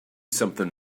something